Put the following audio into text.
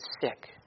sick